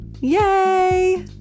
Yay